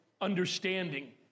understanding